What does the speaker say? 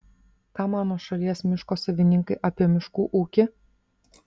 ką mano šalies miško savininkai apie miškų ūkį